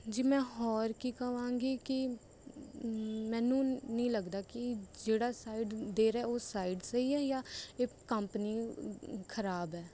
ਜੀ ਮੈਂ ਹੋਰ ਕੀ ਕਵਾਗੀ ਕਿ ਮੈਨੂੰ ਨਹੀਂ ਲੱਗਦਾ ਕਿ ਜਿਹੜਾ ਸਾਈਟ ਦੇ ਰਿਹਾ ਉਹ ਸਾਈਟ ਸਹੀ ਹੈ ਜਾਂ ਇਹ ਕੰਪਨੀ ਖਰਾਬ ਹੈ